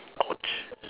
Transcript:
!ouch!